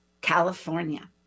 California